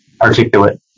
Articulate